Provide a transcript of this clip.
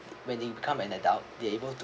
when they become an adult they able to